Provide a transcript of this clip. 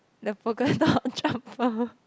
the polka dot jumper